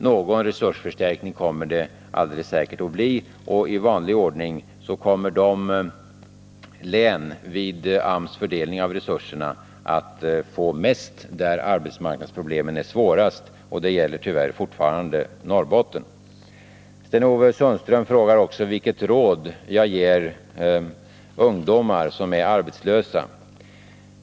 Någon resursförstärkning kommer det alldeles säkert att bli, och i vanlig ordning kommer det län där arbetsmarknadsproblemen är svårast att få mest vid AMS fördelning av resurserna. Detta gäller tyvärr fortfarande Norrbotten. Sten-Ove Sundström frågar också vilka råd jag ger ungdomar som är arbetslösa.